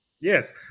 Yes